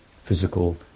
physical